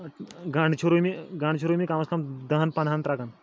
گَنٛڈٕ چھِ روٗمہِ گَنٛڈٕ چھِ روٗمہِ کَمَس کَم دَہَن پنٛدہَن ترٛکَن